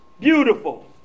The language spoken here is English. beautiful